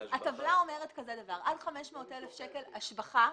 הטבלה אומרת שעד 500,000 שקל השבחה,